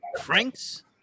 Franks